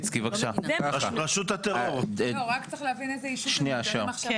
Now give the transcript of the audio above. רק צריך להבין כאיזה ישות הם מוגדרים עכשיו?